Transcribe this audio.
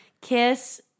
kiss